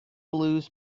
blues